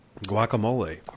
Guacamole